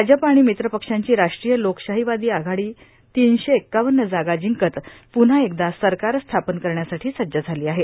भाजप र्आण मित्रपक्षांची राष्ट्रीय लोकशाहांवादां आघाडी तीनशे एक्कावन जागा जिंकत प्न्हा एकदा सरकार स्थापन करण्यासाठो सज्ज झालो आहे